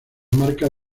marcas